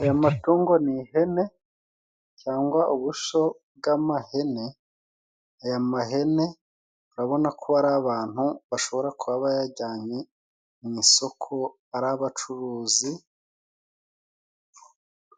Ayo matungo ni ihene, cyangwa ubusho bw'amahene. Aya mahene urabona ko ari abantu bashobora kuba yabayajyanye mu isoko ari abacuruzi,